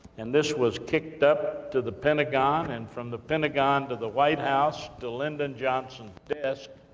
and this was kicked up to the pentagon, and from the pentagon, to the white house, to lyndon johnson's desk,